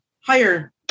higher